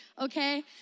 okay